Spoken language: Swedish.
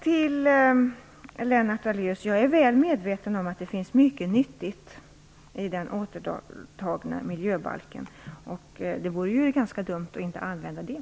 Till Lennart Daléus: Jag är väl medveten om att det finns mycket nyttigt i den återtagna miljöbalken. Det vore ju ganska dumt att inte använda det.